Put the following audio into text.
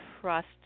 trust